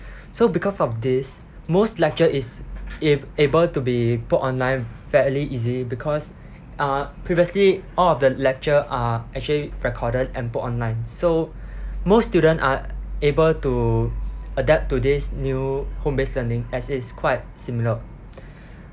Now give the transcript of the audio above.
so because of this most lecture is ab~ able to be put online fairly easily because uh previously all of the lecture are actually recorded and put online so most student are able to adapt to this new home-based learning as it is quite similar